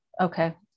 Okay